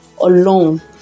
alone